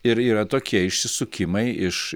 ir yra tokie išsisukimai iš